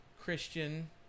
christian